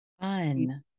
Fun